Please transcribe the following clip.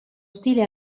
stile